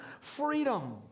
freedom